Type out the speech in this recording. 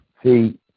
See